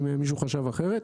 אם מישהו חשב אחרת.